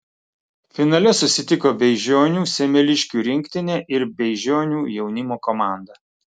finale susitiko beižionių semeliškių rinktinė ir beižionių jaunimo komanda